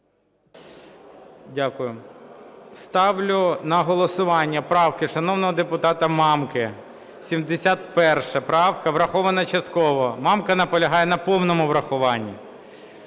Дякую. Ставлю на голосування правки шановного депутата Мамки. 71 правка врахована частково. Мамка наполягає на повному врахуванні.